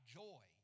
joy